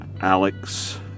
Alex